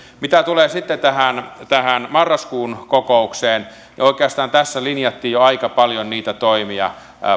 mitä tulee tähän marraskuun kokoukseen oikeastaan tässä linjattiin jo aika paljon niitä toimia